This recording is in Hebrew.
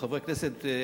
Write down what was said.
חברי הכנסת,